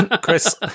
Chris